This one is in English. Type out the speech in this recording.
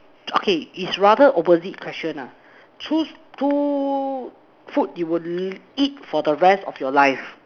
okay it's rather opposite questions ah choose two food you would eat for the rest of your life